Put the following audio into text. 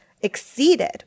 exceeded